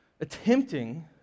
attempting